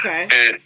Okay